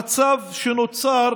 אפילו נושא השרים,